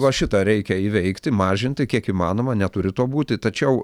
va šitą reikia įveikti mažinti kiek įmanoma neturi to būti tačiau